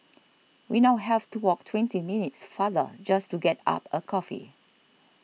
we now have to walk twenty minutes farther just to get up a coffee